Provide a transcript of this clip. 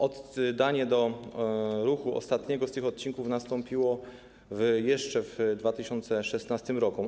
Oddanie do ruchu ostatniego z tych odcinków nastąpiło jeszcze w 2016 r.